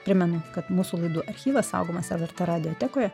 primenu kad mūsų laidų archyvas saugomas lrt radijo tekoje